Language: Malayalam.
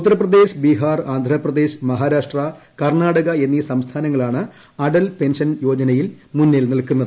ഉത്തർപ്രദേശ് ബീഹാർ ആന്ധ്രാപ്രദേശ് മഹാരാഷ്ട്ര കർണാടക എന്നീ സംസ്ഥാനങ്ങളാണ് അടൽ പെൻഷൻ യോജനയിൽ മുന്നിൽ നിൽക്കുന്നത്